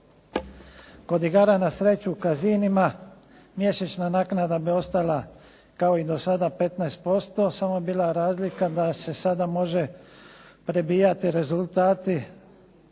Kod igara na sreću u casinima mjesečna naknada bi ostala kao i do sada 15% samo bi bila razlika da se sada može prebijati rezultati